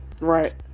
right